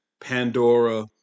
Pandora